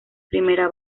primera